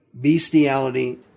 bestiality